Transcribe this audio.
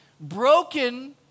broken